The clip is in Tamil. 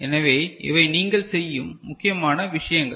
எனவே இவை நீங்கள் செய்யும் முக்கியமான விஷயங்கள்